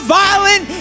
violent